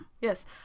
Yes